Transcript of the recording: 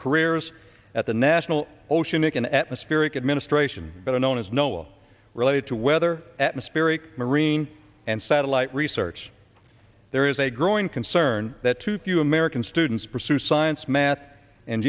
careers at the national oceanic and atmospheric administration better known as no oil related to weather atmospheric marine and satellite research there is a growing concern that too few american students pursue science math